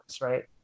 right